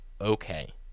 okay